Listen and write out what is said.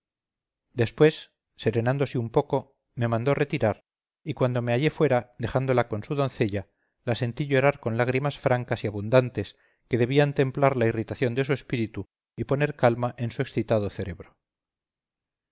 después serenándose un poco me mandó retirar y cuando me hallé fuera dejándola con su doncella la sentí llorar con lágrimas francas y abundantes que debían templar la irritación de su espíritu y poner calma en su excitado cerebro